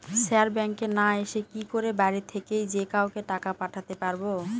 Sir ব্যাঙ্কে না এসে কি করে বাড়ি থেকেই যে কাউকে টাকা পাঠাতে পারবো?